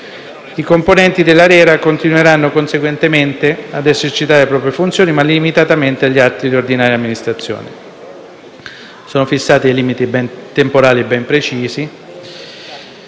I componenti dell'ARERA continueranno conseguentemente ad esercitare le proprie funzioni, ma limitatamente agli atti di ordinaria amministrazione. Sono inoltre fissati limiti ben temporali ben precisi.